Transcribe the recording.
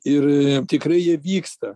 ir tikrai jie vyksta